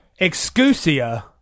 excusia